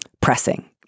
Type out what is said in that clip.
pressing